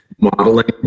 modeling